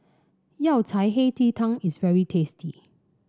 Yao Cai Hei Ji Tang is very tasty